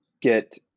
get